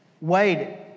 waited